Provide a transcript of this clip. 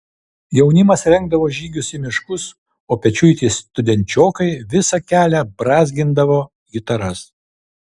jaunimas rengdavo žygius į miškus o pečiuiti studenčiokai visą kelią brązgindavo gitaras